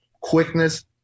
quickness